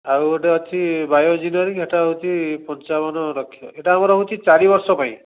ଆଉ ଗୋଟେ ଅଛି ବାୟୋଇଂଜିନିଆରିଂ ହେଟା ହେଉଛି ପଞ୍ଚାବନ ଲକ୍ଷ ଏଇଟା ଆମର ହେଉଛି ଚାରି ବର୍ଷ ପାଇଁ